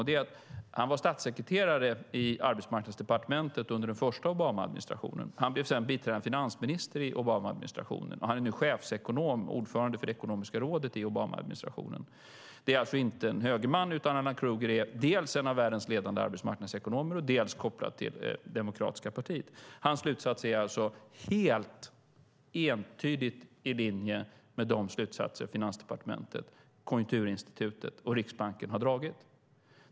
Det är att han var statssekreterare i det amerikanska arbetsmarknadsdepartementet under den första Obamaadministrationen. Han blev sedan biträdande finansminister i Obamaadministrationen, och nu är han chefsekonom och ordförande för det ekonomiska rådet i Obamaadministrationen. Det är alltså inte en högerman, utan dels en av världens ledande arbetsmarknadsekonomer, dels kopplad till det demokratiska partiet. Hans slutsats är alltså helt entydigt i linje med de slutsatser Finansdepartementet, Konjunkturinstitutet och Riksbanken har dragit.